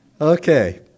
Okay